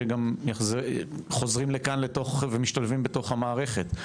שגם חוזרים לכאן ומשתלבים בתוך המערכת?